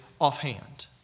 offhand